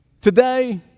today